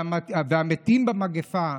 והמתים במגפה,